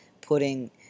putting